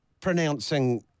pronouncing